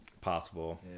possible